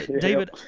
David